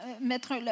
mettre